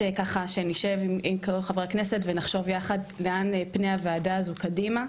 שנשב עם כמה חברי כנסת ונחשוב ביחד לאן פני הוועדה הזאת קדימה.